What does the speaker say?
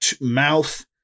mouth